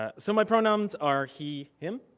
ah so my pronouns are he him,